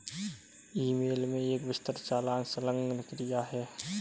ई mail में एक विस्तृत चालान संलग्न किया है